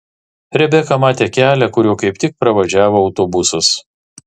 rebeka matė kelią kuriuo kaip tik pravažiavo autobusas